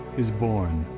is born,